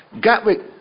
Gatwick